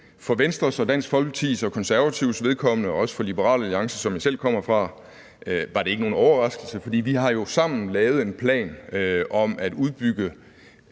For Venstres, Dansk Folkepartis og Konservatives vedkommende – og også for Liberal Alliances vedkommende, som jeg selv kommer fra – var det ikke nogen overraskelse, for vi har jo sammen lavet en plan om at udbygge